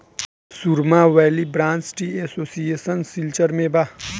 सुरमा valley branch tea association Silchar में बा